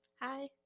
Hi